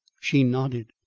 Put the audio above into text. she nodded.